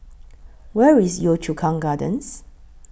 Where IS Yio Chu Kang Gardens